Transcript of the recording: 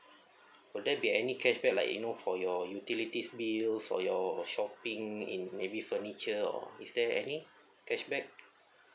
would there be any cashback like you know for your utilities bills for your shopping in heavy furniture or is there any cashback